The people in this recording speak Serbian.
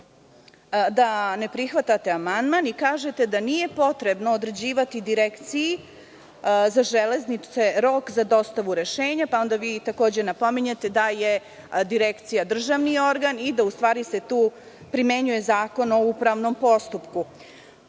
da ne prihvatate amandman i kažete da nije potrebno određivati Direkciji za železnice rok za dostavu rešenja, pa vi napominjete da je Direkcija državni organ i da se tu primenjuje Zakon o upravnom postupku.